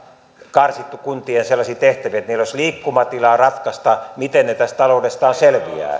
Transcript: karsittu kuntien sellaisia tehtäviä että niillä olisi liikkumatilaa ratkaista miten ne tästä taloudestaan selviävät